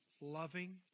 loving